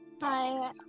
Hi